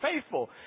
Faithful